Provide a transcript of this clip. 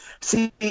See